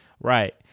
Right